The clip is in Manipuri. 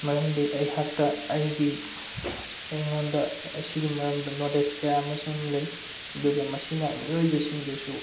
ꯃꯔꯝꯗꯤ ꯑꯩꯍꯥꯛꯇ ꯑꯩꯒꯤ ꯑꯩꯉꯣꯟꯗ ꯑꯁꯤꯒꯤ ꯃꯔꯝꯗ ꯅꯣꯂꯦꯠꯖ ꯀꯌꯥ ꯑꯃꯁꯨ ꯂꯩ ꯑꯗꯨꯒ ꯃꯁꯤꯅ ꯃꯤꯑꯣꯏꯕꯁꯤꯡꯗꯁꯨ